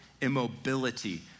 immobility